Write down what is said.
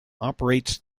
operates